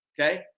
Okay